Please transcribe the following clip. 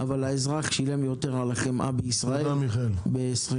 אבל האזרח שילם יותר על החמאה בישראל ב-2023.